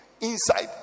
inside